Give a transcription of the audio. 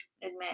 admit